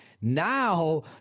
Now